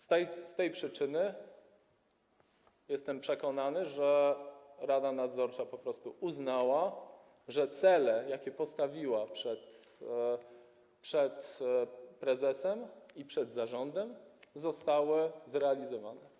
Z tej przyczyny jestem przekonany, że rada nadzorcza po prostu uznała, że cele, jakie postawiła przed prezesem i przed zarządem, zostały zrealizowane.